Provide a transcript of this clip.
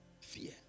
Fear